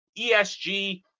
ESG